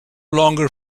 longer